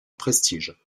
prestige